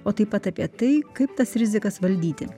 o taip pat apie tai kaip tas rizikas valdyti